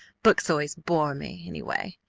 books always bore me anyway.